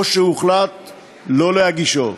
או שהוחלט לא להגישו,